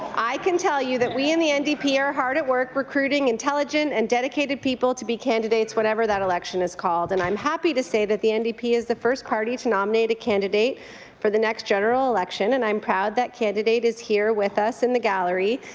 i can tell you that we in the and ndp are hard at work recruiting intelligent and dedicated people to be candidates, whenever that election is called, and i'm happy to say that the and ndp is the first party to nominate a candidate for the next general election, and i'm proud that candidate is here with us in the gallery.